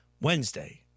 Wednesday